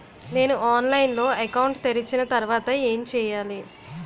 నేను ఆన్లైన్ లో అకౌంట్ తెరిచిన తర్వాత ఏం చేయాలి?